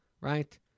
right